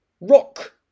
rock